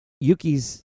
Yuki's